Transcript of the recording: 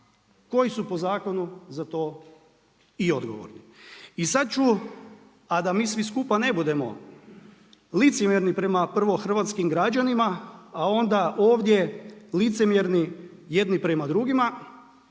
koji su po zakonu za to i odgovorni. I sada ću, a da mi svi skupa ne budemo licemjerni prema prvo hrvatskim građanima, a onda ovdje licemjerni jedni prema drugima,